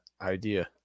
idea